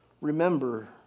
Remember